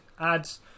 ads